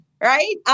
Right